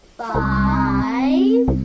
five